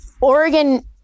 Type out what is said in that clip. Oregon